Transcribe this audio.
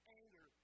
anger